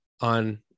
on